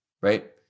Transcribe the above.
right